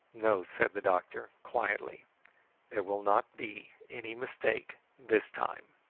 no, said the doctor, quietly there will not be any mistake this time!